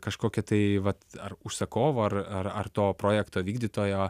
kažkokią tai vat ar užsakovo ar ar ar to projekto vykdytojo